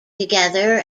together